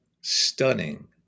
stunning